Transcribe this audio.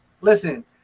Listen